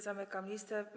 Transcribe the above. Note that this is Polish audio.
Zamykam listę.